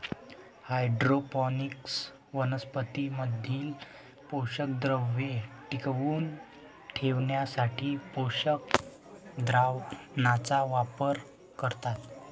hydroponics वनस्पतीं मधील पोषकद्रव्ये टिकवून ठेवण्यासाठी पोषक द्रावणाचा वापर करतात